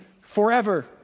forever